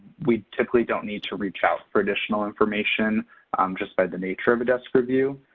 we typically don't need to reach out for additional information um just by the nature of a desk review.